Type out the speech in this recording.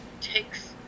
takes